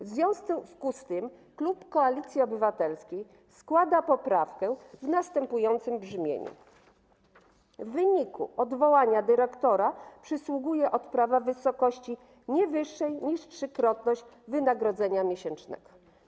W związku z tym klub Koalicji Obywatelskiej składa poprawkę w następującym brzmieniu: „W przypadku odwołania dyrektora przysługuje odprawa w wysokości nie wyższej niż 3-krotność wynagrodzenia miesięcznego”